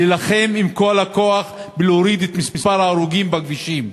להילחם בכל הכוח ולהוריד את מספר ההרוגים בכבישים.